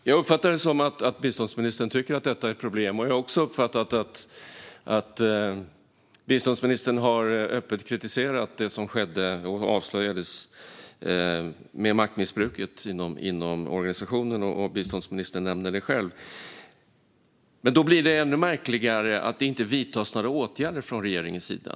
Fru talman! Jag uppfattar det som att biståndsministern tycker att detta är ett problem. Jag har också uppfattat att biståndsministern öppet har kritiserat det som skedde och avslöjades om maktmissbruket inom organisationen, och biståndsministern nämnde det själv. Men då blir det ännu märkligare att det inte vidtas några åtgärder från regeringens sida.